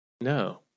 No